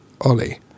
Ollie